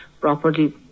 properly